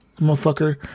motherfucker